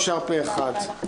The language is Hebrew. אושר פה-אחד.